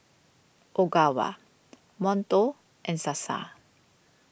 Ogawa Monto and Sasa